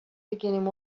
beginning